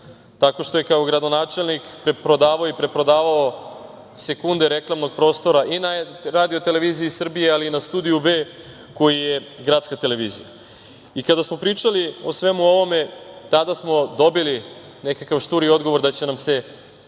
tako što je kao gradonačelnik prodavao i preprodavao sekunde reklamnog prostora i na RTS ali i na Studiju „B“ koji je gradska televizija. Kada smo pričali o svemu ovome tada smo dobili nekakav šturi odgovor da će nam se Đilas